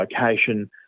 location